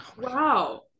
wow